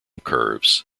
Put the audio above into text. curves